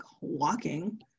walking